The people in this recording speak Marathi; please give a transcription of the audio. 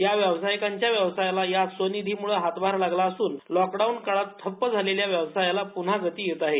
या व्यावसायिकांच्या व्यवसायाला या स्वनिधीमुळे हातभार लागले असून लॉकडाऊन काळात ठप्प झालेल्या व्यवसायाला प्रन्हा गती येत आहे